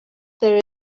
there